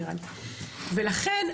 לירן - ולכן,